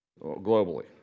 globally